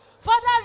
Father